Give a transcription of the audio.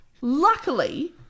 Luckily